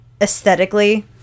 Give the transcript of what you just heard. aesthetically